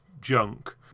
junk